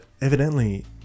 evidently